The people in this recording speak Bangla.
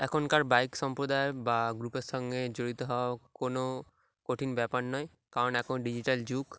এখনকার বাইক সম্প্রদায় বা গ্রুপের সঙ্গে জড়িত হওয়া কোনো কঠিন ব্যাপার নয় কারণ এখন ডিজিটাল যুগ